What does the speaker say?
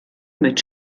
mit